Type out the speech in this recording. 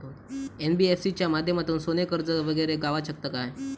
NBFC च्या माध्यमातून सोने कर्ज वगैरे गावात शकता काय?